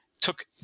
took